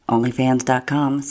OnlyFans.com